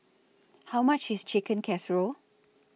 How much IS Chicken Casserole